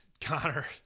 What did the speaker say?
Connor